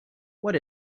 what